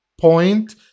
point